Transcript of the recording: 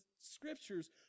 Scriptures